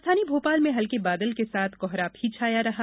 राजधानी भोपाल में हल्के बादल के साथ कोहरा भी छाया रहा